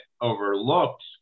overlooked